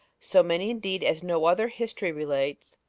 so many indeed as no other history relates,